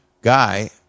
guy